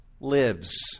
lives